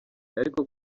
ariko